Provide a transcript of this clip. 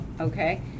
okay